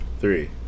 Three